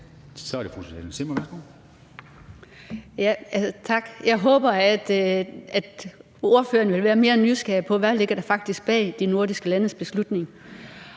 Tak. Jeg håber, at ordføreren vil være mere nysgerrig efter, hvad der faktisk ligger bag de nordiske landes beslutning.